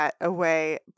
away